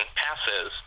passes